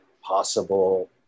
possible